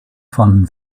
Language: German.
fanden